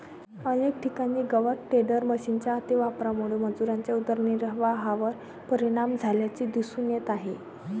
अनेक ठिकाणी गवत टेडर मशिनच्या अतिवापरामुळे मजुरांच्या उदरनिर्वाहावर परिणाम झाल्याचे दिसून येत आहे